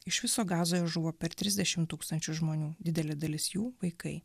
iš viso gazoje žuvo per trisdešim tūkstančių žmonių didelė dalis jų vaikai